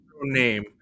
name